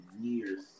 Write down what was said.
years